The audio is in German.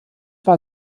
war